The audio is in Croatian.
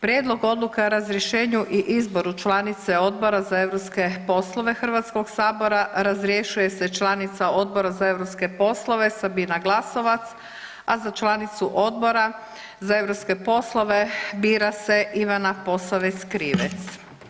Prijedlog odluka o razrješenju i izboru članice odbora za europske poslove HS, razrješuje se članica Odbora za europske poslove Sabina Glasovac, a za članicu Odbora za europske poslove bira se Ivana Posavec Krivec.